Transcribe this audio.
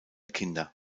kinder